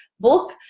book